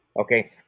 Okay